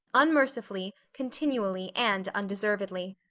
unmercifully, continually, and undeservedly.